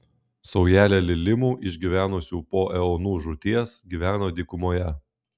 saujelė lilimų išgyvenusių po eonų žūties gyveno dykumoje